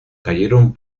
cayeron